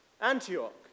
Antioch